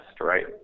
right